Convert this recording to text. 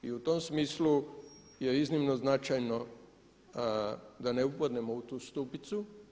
I u tom smislu je iznimno značajno da ne upadnemo u tu stupicu.